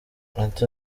ati